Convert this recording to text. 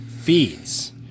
feeds